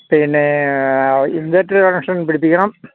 പിന്നെ inverter connection പിടിപ്പിക്കണം